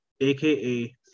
aka